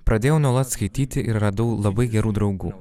pradėjau nuolat skaityti ir radau labai gerų draugų